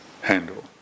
handle